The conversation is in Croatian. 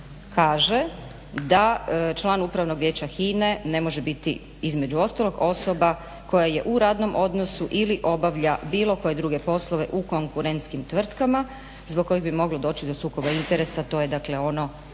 kaže: "Da član Upravnog vijeća HINA-e ne može biti između ostalog osoba koja je u radnom odnosu ili obavlja bilo koje druge poslove u konkurentskim tvrtkama zbog kojih bi moglo doći do sukoba interesa.", to je dakle ono